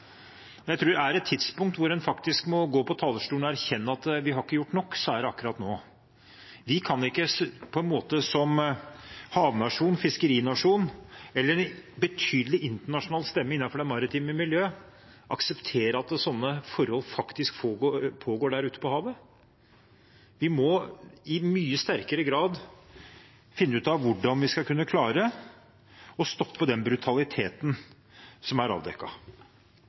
Jeg tror at er det et tidspunkt en faktisk må gå på talerstolen og erkjenne at vi har ikke gjort nok, så er det akkurat nå. Vi kan ikke som havnasjon, fiskerinasjon eller en betydelig internasjonal stemme innenfor det maritime miljøet, akseptere at det faktisk er sånne forhold der ute på havet. Vi må i mye sterkere grad finne ut av hvordan vi skal kunne klare å stoppe den brutaliteten som er